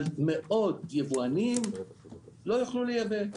אבל מאות יבואנים לא יוכלו לייבא.